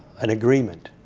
an agreement.